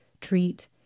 treat